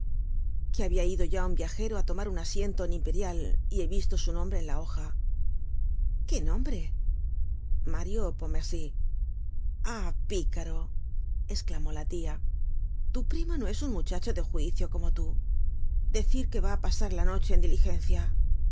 que habia ido ya un viajero á tomar un asiento en imperial y he visto su nombre en la hoja qué nombre mario pontmercy ah picaro esclamó la tia tu primo no es un muchacho de juicio como tú decir que va á pasar la noche en diligencia